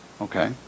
okay